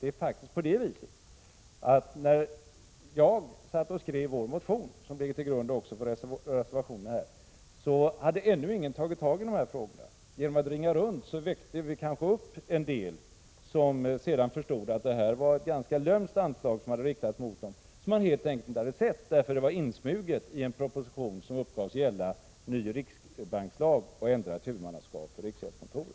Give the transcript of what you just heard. Det är faktiskt på det viset, att när jag satt och skrev vår motion, som ligger till grund för reservationen, hade ännu ingen tagit tag i de här frågorna. Genom att ringa runt väckte vi kanske upp en del, som sedan förstod att detta var ett ganska lömskt anslag som hade riktats mot dem, som de helt enkelt inte hade sett därför att det var insmuget i en proposition som uppgavs gälla ny riksbankslag och ändrat huvudmannaskap för riksgäldskontoret.